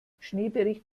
schneebericht